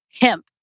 Hemp